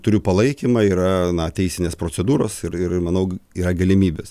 turiu palaikymą yra na teisinės procedūros ir ir manau yra galimybės